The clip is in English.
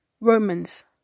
Romans